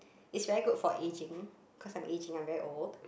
it's very good for aging because I am aging I am very old